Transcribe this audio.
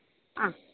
ആ